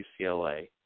UCLA